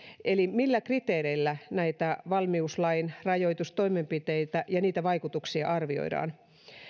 eli millä kriteereillä näitä valmiuslain rajoitustoimenpiteitä ja niiden vaikutuksia arvioidaan